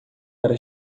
para